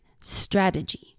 strategy